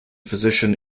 physician